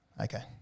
Okay